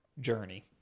journey